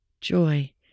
joy